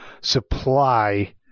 supply